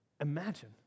Imagine